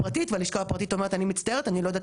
ואז הוא מגיע לקו לעובד יומיים לפני שהוא טס.